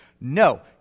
no